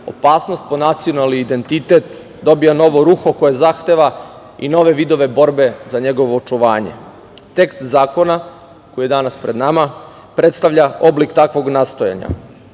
opasnost po nacionalni identitet dobija novo ruho koje zahteva i nove vidove borbe za njegovo očuvanje. Tekst zakona, koji je danas pred nama, predstavlja oblik takvog nastojanja